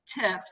tips